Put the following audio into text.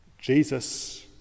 Jesus